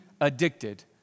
addicted